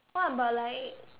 what about like